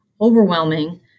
overwhelming